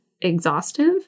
exhaustive